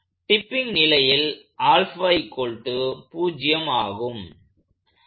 tipping நிலையில் ஆகும்